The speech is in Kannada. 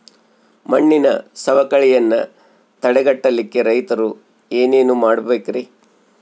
ಮಣ್ಣಿನ ಸವಕಳಿಯನ್ನ ತಡೆಗಟ್ಟಲಿಕ್ಕೆ ರೈತರು ಏನೇನು ಮಾಡಬೇಕರಿ?